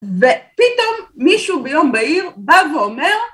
ופתאום מישהו ביום בהיר בא ואומר...